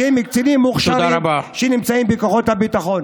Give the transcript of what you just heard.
שהם קצינים מוכשרים שנמצאים בכוחות הביטחון.